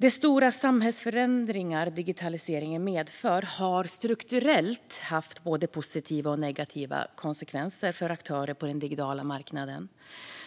Den stora samhällsförändring som digitaliseringen medfört har strukturellt haft både positiva och negativa konsekvenser för aktörer på den digitala marknaden.